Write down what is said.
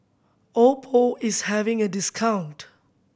Oppo is having a discount